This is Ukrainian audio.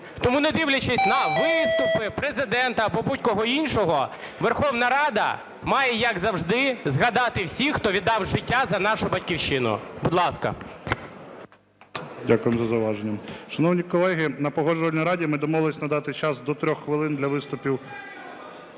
Тому не дивлячись на виступи Президента або будь-кого іншого, Верховна Рада має, як завжди, згадати всіх, хто віддав життя за нашу Батьківщину. Будь ласка. ГОЛОВУЮЧИЙ. Дякуємо за зауваження. Шановні колеги, на Погоджувальні раді ми домовились надати час до 3 хвилин для виступів.